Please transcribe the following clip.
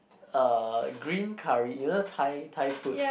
uh green curry you know Thai Thai food